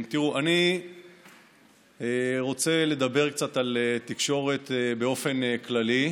תראו, אני רוצה לדבר קצת על תקשורת באופן כללי.